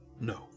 No